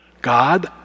God